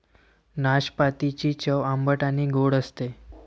नाशपातीची चव आंबट आणि गोड असते